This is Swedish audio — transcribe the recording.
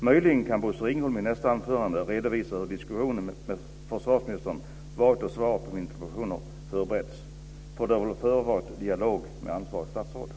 Möjligen kan Bosse Ringholm i nästa anförande redovisa hur diskussionen med försvarsministern var då svaret på min interpellation förbereddes, för det har väl förevarit en dialog med ansvarigt statsråd?